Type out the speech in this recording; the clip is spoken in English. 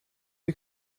you